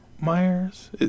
Myers